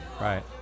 Right